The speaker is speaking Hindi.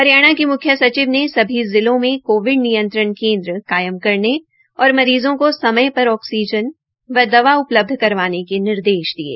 हरियाणा की मुख्य सचिव ने सभी जिलों में कोविड नियंत्रण केन्द्र कायम करने और मरीज़ों को समय पर ऑक्सीजन व दवा उपलब्ध करवाने के निर्देश दिये